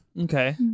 Okay